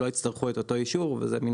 הם לא יצטרכו את אותו אישור וזה מן